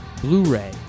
Blu-ray